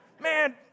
Man